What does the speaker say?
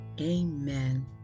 amen